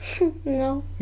No